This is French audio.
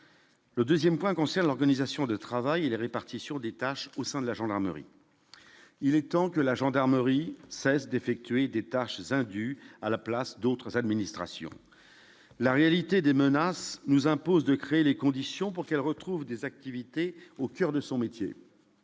Le 2ème point concerne l'organisation de travail et la répartition des tâches au sein de la gendarmerie, il est temps que la gendarmerie cessent d'effectuer des tâches indues à la place d'autres administrations, la réalité des menaces nous impose de créer les conditions pour qu'elle retrouve des activités au coeur de son métier,